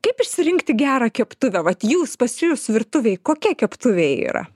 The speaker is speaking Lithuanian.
kaip išsirinkti gerą keptuvę vat jūs pas jus virtuvėj kokia keptuvė yra